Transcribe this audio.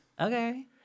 Okay